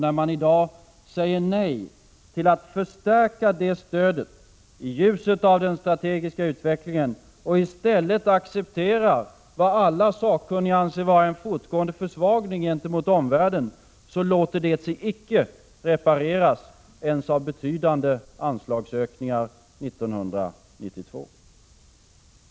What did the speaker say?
När man i dag säger nej till att förstärka det stödet, i ljuset av den strategiska utvecklingen, och i stället accepterar vad alla sakkunniga anser vara en fortgående försvagning gentemot omvärlden, låter det sig icke repareras ens av betydande anslagshöjningar 1992.